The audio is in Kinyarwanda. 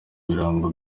birango